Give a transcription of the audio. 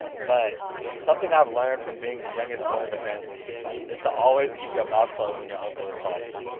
but something i've learned from being the youngest boy in the family is to always keep your mouth closed when your uncle is talking.